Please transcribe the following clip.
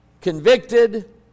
convicted